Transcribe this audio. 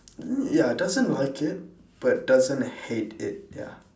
ya doesn't like it but doesn't hate it ya